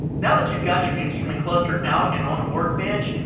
now that you've got your instrument cluster out and on a workbench,